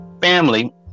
family